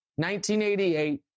1988